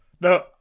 No